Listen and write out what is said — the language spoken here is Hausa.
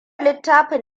littafin